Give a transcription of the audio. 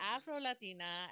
Afro-Latina